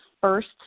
first